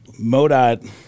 MODOT